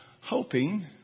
hoping